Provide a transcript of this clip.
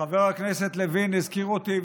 חבר הכנסת לוין הזכיר אותי,